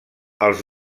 els